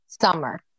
summer